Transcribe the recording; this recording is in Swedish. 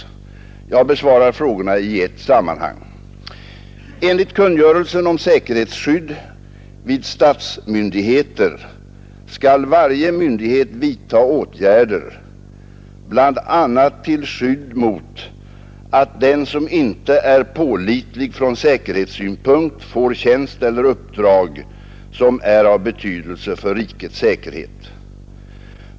Jag besvarar frågorna i ett sammanhang. Enligt kungörelsen om säkerhetsskydd vid statsmyndigheter skall varje myndighet vidta åtgärder bl.a. till skydd mot att den som inte är pålitlig från säkerhetssynpunkt får tjänst eller uppdrag som är av betydelse för rikets säkerhet.